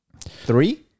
three